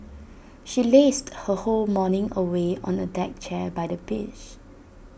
she lazed her whole morning away on A deck chair by the beach